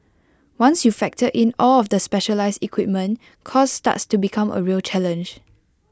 once you factor in all of the specialised equipment cost starts to become A real challenge